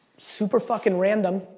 super-fuckin' random,